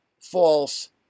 false